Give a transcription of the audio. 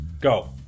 Go